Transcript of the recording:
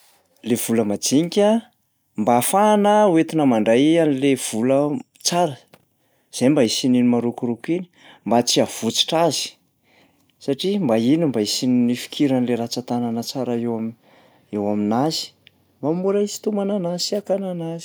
Lay vola manjinika mba ahafahana hoentina mandray an'lay vola tsara, zay mba hisian'iny marokoroko iny, mba tsy hahavotsitra azy satria mba iny mba isian'ny ifikiran'lay rantsan-tànana tsara eo am- eo aminazy, mba ho mora isintomana anazy sy akana anazy sy andraisana azy.